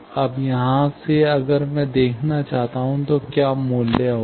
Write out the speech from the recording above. अब यहाँ से अगर मैं देखना चाहता हूँ तो क्या मूल्य होगा